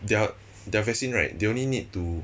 their their vaccine right they only need to